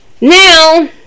Now